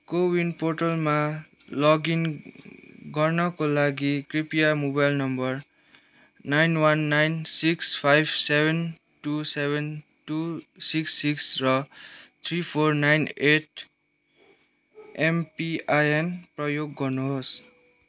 को विन पोर्टलमा लगइन गर्नाका लागि कृपया mobile number nine one nine six five seven two seven two six six र three four nine eight MPIN प्रयोग गर्नुहोस्